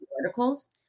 articles